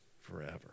forever